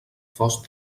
fos